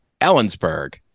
Ellensburg